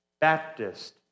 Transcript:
Baptist